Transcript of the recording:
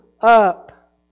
up